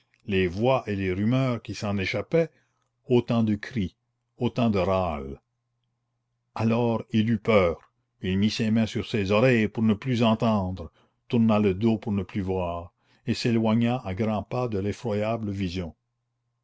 les voix et les rumeurs qui s'en échappaient autant de cris autant de râles alors il eut peur il mit ses mains sur ses oreilles pour ne plus entendre tourna le dos pour ne plus voir et s'éloigna à grands pas de l'effroyable vision